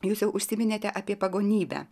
jūs jau užsiminėte apie pagonybę